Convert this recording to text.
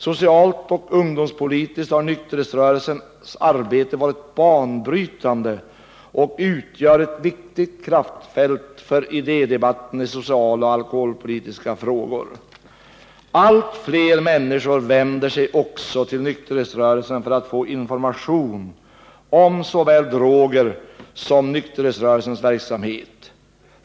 Socialt och ungdomspolitiskt har nykterhetsrörelsens arbete varit banbrytande och utgör ett viktigt kraftfält för idédebatten i sociala och alkoholpolitiska frågor.” Litet längre ned i texten står följande: ” Allt fler människor vänder sig också till nykterhetsrörelsen för att få information om såväl droger som nykterhetsrörelsens verksamhet.